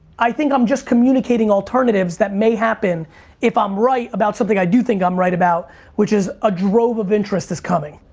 i think i'm just communicating alternatives may happen if i'm right about something i do think i'm right about which is a drove of interest is coming.